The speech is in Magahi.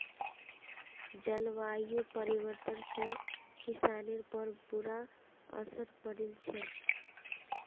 जलवायु परिवर्तन से किसानिर पर बुरा असर पौड़ील छे